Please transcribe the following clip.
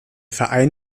verein